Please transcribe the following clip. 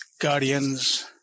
guardians